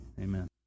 amen